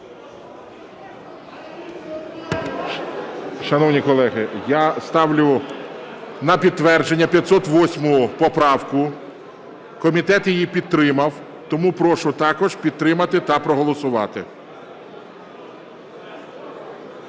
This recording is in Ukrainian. Шановні колеги, я ставлю на підтвердження 508 поправку. Комітет її підтримав. Тому прошу також підтримати та проголосувати.